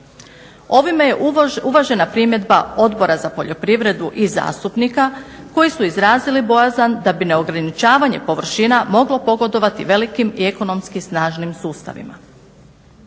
Ovime je uvažena primjedba Odbora za poljoprivredu i zastupnika koji su izrazili bojazan da bi neograničavanje površina moglo pogodovati velikim i ekonomski snažnim sustavima.